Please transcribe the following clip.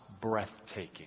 breathtaking